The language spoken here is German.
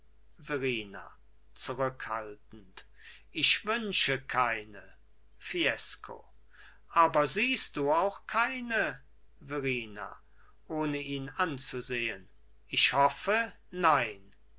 verrina zurückhaltend ich wünsche keine fiesco aber siehst du auch keine verrina ohne ihn anzusehen ich hoffe nein